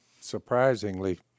surprisingly